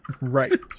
Right